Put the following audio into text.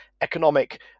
economic